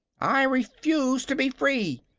i refuse to be free,